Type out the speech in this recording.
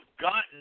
gotten